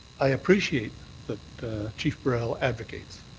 i appreciate that chief burrell advocates,